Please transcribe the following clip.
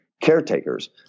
caretakers